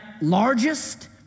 largest